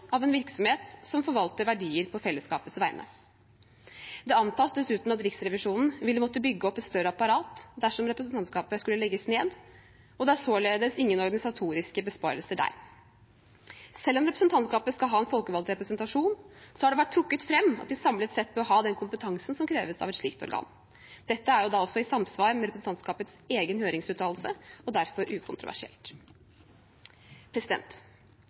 av en virksomhet som forvalter verdier på fellesskapets vegne. Det antas dessuten at Riksrevisjonen ville måtte bygge opp et større apparat dersom representantskapet skulle legges ned, og det er således ingen organisatoriske besparelser der. Selv om representantskapet skal ha en folkevalgt representasjon, har det vært trukket fram at de samlet sett bør ha den kompetansen som kreves av et slikt organ. Dette er også i samsvar med representantskapets egen høringsuttalelse og derfor ukontroversielt.